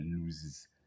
loses